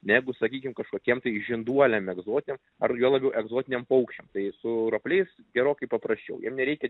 negu sakykim kažkokiem žinduoliam egzotiniam ar juo labiau egzotiniam paukščiam tai su ropliais gerokai paprasčiau ir nereikia